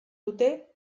dute